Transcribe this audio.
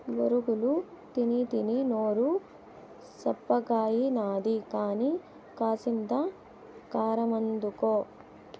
బొరుగులు తినీతినీ నోరు సప్పగాయినది కానీ, కాసింత కారమందుకో